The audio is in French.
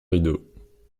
rideaux